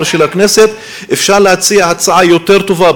של הכנסת אפשר להציע הצעה יותר טובה,